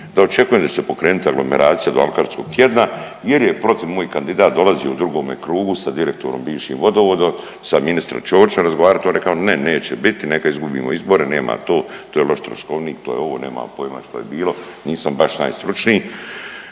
da očekujem da će se pokrenuti aglomeracija do alkarskog tjedna, jer je protiv moj kandidat dolazio u drugome krugu sa direktorom bivšim vodovoda, sa ministrom Ćorićem razgovarati. On je rekao ne, neće bit, neka izgubimo izbore. Nema to, to je loš troškovnik. To je ovo nemam pojma što je bilo. Nisam baš najstručniji